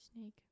snake